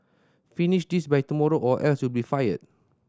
finish this by tomorrow or else you'll be fired